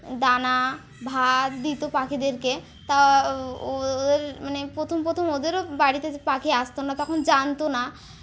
দানা ভাত দিত পাখিদেরকে তা ওদের মানে প্রথম প্রথম ওদেরও বাড়িতে পাখি আসতো না তখন জানতো না